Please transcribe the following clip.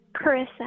Carissa